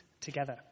together